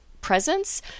presence